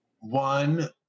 one